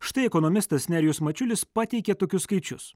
štai ekonomistas nerijus mačiulis pateikė tokius skaičius